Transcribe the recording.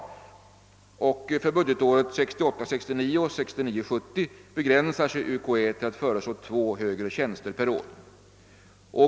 För budgetåren 1968 70 begränsar sig UKÄ till att föreslå två högre tjänster per år.